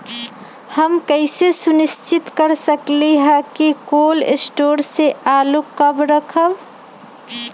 हम कैसे सुनिश्चित कर सकली ह कि कोल शटोर से आलू कब रखब?